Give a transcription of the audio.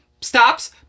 stops